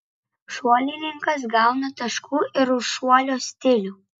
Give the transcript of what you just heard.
šuolininkas gauna taškų ir už šuolio stilių